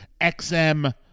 XM